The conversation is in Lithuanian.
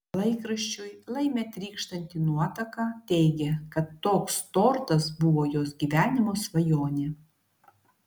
laikraščiui laime trykštanti nuotaka teigė kad toks tortas buvo jos gyvenimo svajonė